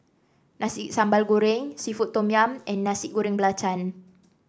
Nasi Sambal Goreng seafood Tom Yum and Nasi Goreng Belacan